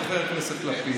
חבר הכנסת לפיד.